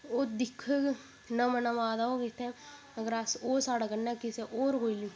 ओह् दिक्खग नमां नमां आए दा होग इत्थै अगर अस ओह् साढ़े कन्नै किसै होर कोई